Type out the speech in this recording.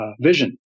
vision